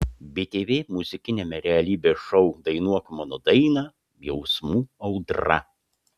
btv muzikiniame realybės šou dainuok mano dainą jausmų audra